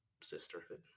sisterhood